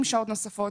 60 שעות נוספות.